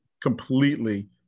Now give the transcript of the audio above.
Completely